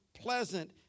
pleasant